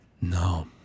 no